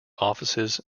offices